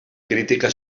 crítica